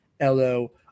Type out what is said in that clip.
LO